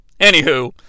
Anywho